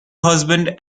husband